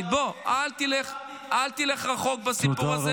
אל תלך רחוק בסיפור הזה.